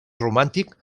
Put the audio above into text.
romàntic